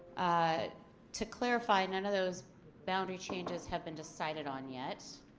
ah to clarify none of those boundary changes have been decided on yet.